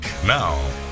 Now